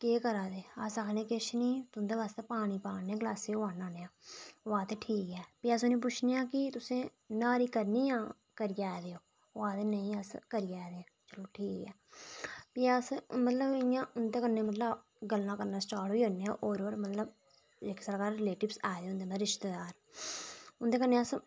केह् करै ने अस आक्खने किश निं तुं'दे आस्तै पानी पा ने गलासै च ओह् आह्नै ने आं ओह् आखदे ठीक ऐ भी अस उ'नें गी पुच्छने आं कि न्हारी करनी जां करी आए दे ओ ओह् आखदे नेईं अस करी आए दे आं भी अस मतलब उं'दे कन्नै इ'यां गल्लां करना स्टार्ट होई जन्ने आं होर होर इक जेह्ड़े साढ़े घर रिलेटिव आए दे होंदे उं'दे कन्नै